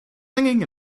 singing